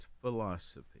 philosophy